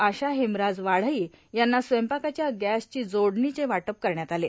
आशा हेमराज वाढई यांना स्वयंपाकाच्या गॅस जोडणीचे वाटप करण्यात आले